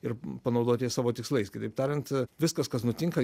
ir panaudot jas savo tikslais kitaip tariant viskas kas nutinka